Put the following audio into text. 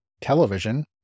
television